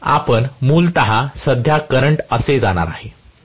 तर आपण मूलतः सध्या करंट असे जाणार आहेत